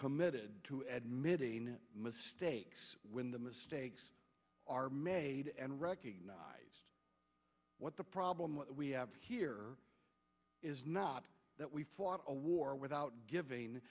committed to admitting mistakes when the mistakes are made and recognize what the problem what we have here is not that we fought a war without giving